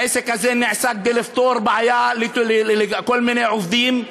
העסק הזה נעשה כדי לפתור בעיה לכל מיני עובדים,